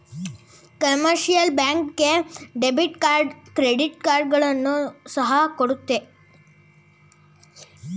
commercial bank ಗಳು debit card credit ಕಾರ್ಡ್ಗಳನ್ನು ಸಹ ಕೊಡುತ್ತೆ